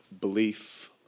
Belief